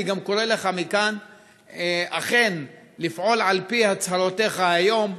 אני גם קורא לך מכאן אכן לפעול על פי הצהרותיך היום,